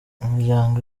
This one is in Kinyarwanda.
imiryango